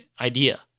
idea